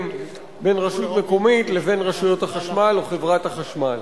ובין רשות מקומית לבין רשויות החשמל או חברת החשמל.